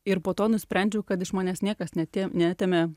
ir po to nusprendžiau kad iš manęs niekas neatė neatėmė